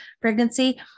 pregnancy